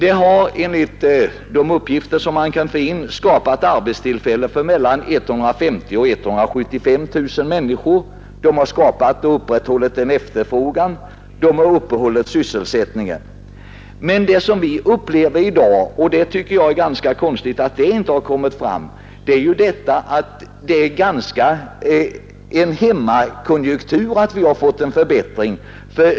Enligt tillgängliga uppgifter har det skapats arbetstillfällen för mellan 150 000 och 175 000 människor, efterfrågan har skapats och sysselsättningen har upprätthållits. Men vad vi upplever i dag — och det är underligt att det inte har påpekats — är att vi fått en förbättrad hemmakonjunktur.